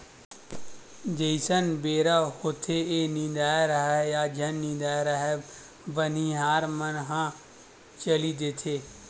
जइसने बेरा होथेये निदाए राहय या झन निदाय राहय बनिहार मन ह चली देथे